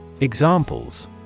Examples